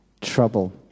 trouble